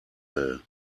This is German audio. will